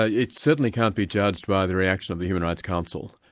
ah it certainly can't be judged by the reaction of the human rights council.